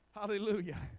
Hallelujah